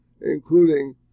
including